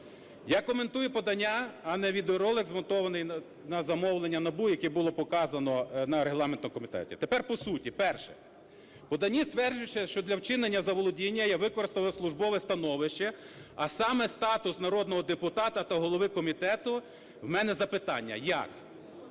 Я коментую подання, а не відеоролик, змонтований на замовлення НАБУ, який було показано на регламентному комітеті. Тепер по суті. Перше. В поданні стверджується, що для вчинення заволодіння я використав службове становище, а саме статус народного депутата та голови комітету. У мене запитання: як?